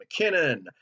McKinnon